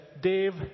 Dave